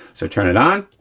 so turn it on.